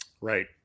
Right